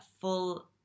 full